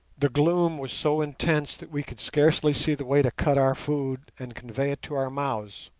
the gloom was so intense that we could scarcely see the way to cut our food and convey it to our mouths.